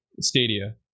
Stadia